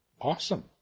Awesome